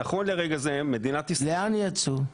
לאן יצאו?